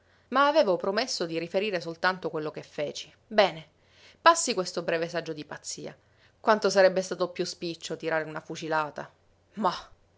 ma avevo promesso di riferire soltanto quello che feci bene passi questo breve saggio di pazzia quanto sarebbe stato piú spiccio tirare una fucilata mah